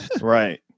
Right